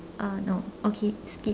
uh no okay skip